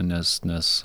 nes nes